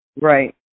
Right